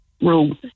room